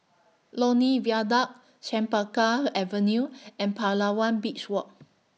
Lornie Viaduct Chempaka Avenue and Palawan Beach Walk